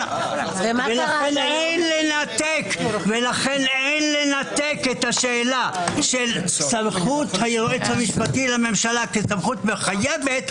לכן אין לנתק את השאלה של סמכות היועץ המשפטי לממשלה כסמכות מחייבת,